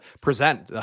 present